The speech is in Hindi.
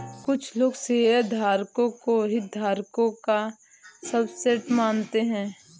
कुछ लोग शेयरधारकों को हितधारकों का सबसेट मानते हैं